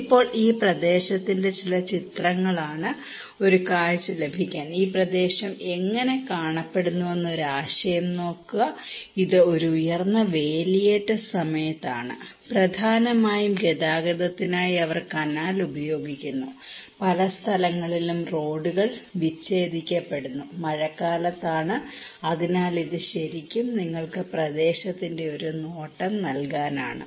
ഇപ്പോൾ ഈ പ്രദേശത്തിന്റെ ചില ചിത്രങ്ങളാണ് ഒരു കാഴ്ച ലഭിക്കാൻ ഈ പ്രദേശം എങ്ങനെ കാണപ്പെടുന്നുവെന്ന് ഒരു ആശയം നേടുക ഇത് ഉയർന്ന വേലിയേറ്റ സമയത്താണ് പ്രധാനമായും ഗതാഗതത്തിനായി അവർ കനാൽ ഉപയോഗിക്കുന്നു പല സ്ഥലങ്ങളിലും റോഡുകൾ വിച്ഛേദിക്കപ്പെടുന്നു മഴക്കാലത്താണ് അതിനാൽ ഇത് ശരിക്കും നിങ്ങൾക്ക് പ്രദേശത്തിന്റെ ഒരു നോട്ടം നൽകാനാണ്